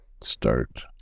start